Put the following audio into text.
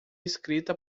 escrita